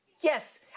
Yes